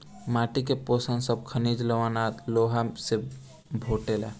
माटी के पोषण सब खनिज, लवण आ लोहा से भेटाला